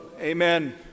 Amen